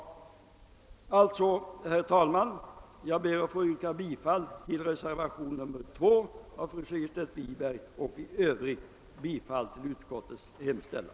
Jag ber alltså, herr talman, att få yrka bifall till reservationen 2 av fru Segerstedt Wiberg m.fl. vid utlåtandet nr 44 och i övrigt bifall till utskottets hemställan.